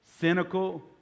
Cynical